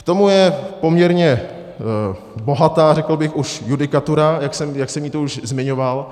K tomu je poměrně bohatá, řekl bych, už judikatura, jak jsem ji tu už zmiňoval.